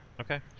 Okay